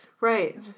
Right